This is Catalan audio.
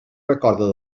recorda